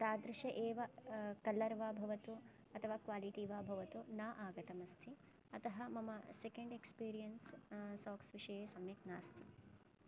तादृशम् एव कलर् वा भवतु अथवा क्वालिटी वा भवतु न आगतम् अस्ति अतः मम सेकेण्ड् एक्स्पिरीयेन्स् साक्स्विषये सम्यक् नास्ति